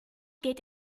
geht